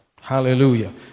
Hallelujah